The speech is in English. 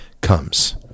comes